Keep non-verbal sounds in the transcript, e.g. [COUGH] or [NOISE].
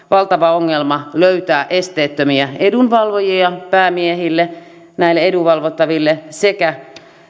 [UNINTELLIGIBLE] valtava ongelma löytää esteettömiä edunvalvojia päämiehille näille edunvalvottaville sekä